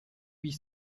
huit